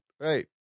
Right